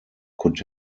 could